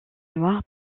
noir